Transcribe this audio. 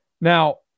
Now